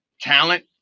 talent